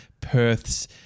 Perth's